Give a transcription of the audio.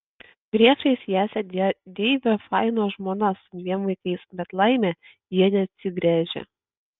priešais ją sėdėjo deivio faino žmona su dviem vaikais bet laimė jie neatsigręžė